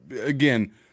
Again